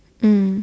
mm